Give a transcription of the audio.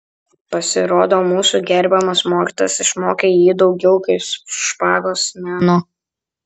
pasirodo mūsų gerbiamas mokytojas išmokė jį daugiau kaip špagos meno